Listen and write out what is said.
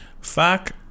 Fuck